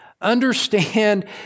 Understand